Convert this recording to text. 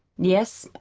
yes,